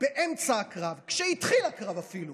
באמצע הקרב, כשהתחיל הקרב, אפילו.